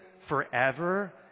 forever